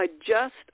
adjust